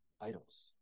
idols